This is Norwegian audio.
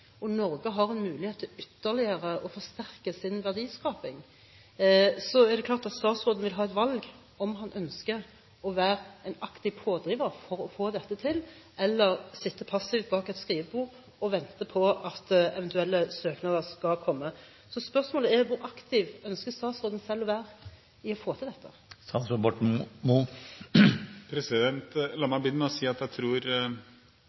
og Norge har en mulighet til ytterligere å forsterke sin verdiskaping? I en slik situasjon er det klart at statsråden vil ha et valg om han ønsker å være en aktiv pådriver for å få dette til eller sitte passiv bak et skrivebord og vente på at eventuelle søknader skal komme. Så spørsmålet er: Hvor aktiv ønsker statsråden selv å være for å få til dette? La meg begynne med å si at jeg tror